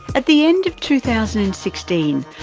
at the end of two thousand and sixteen,